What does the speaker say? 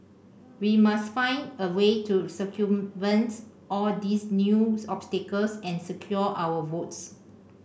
we must find a way to circumvent all these new obstacles and secure our votes